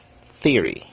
theory